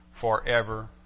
forever